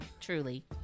truly